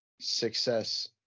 success